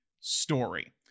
story